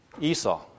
Esau